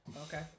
Okay